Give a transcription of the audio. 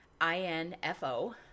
I-N-F-O